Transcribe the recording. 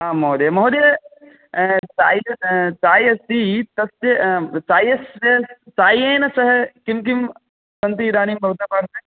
आम् महोदय महोदय चाय चाय अस्ति तस्य चायस्य चायेन सह किं किं सन्ति इदानीं भवतः पार्श्वे